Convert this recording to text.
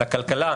לכלכלה,